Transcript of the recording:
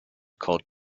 called